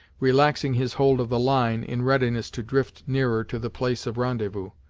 relaxing his hold of the line, in readiness to drift nearer to the place of rendezvous.